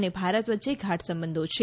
અને ભારત વચ્ચે ગાઢ સંબંધો છે